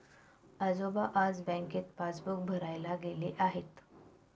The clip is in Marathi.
आजोबा आज बँकेत पासबुक भरायला गेले आहेत